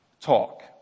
Talk